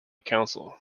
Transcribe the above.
council